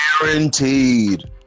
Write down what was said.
Guaranteed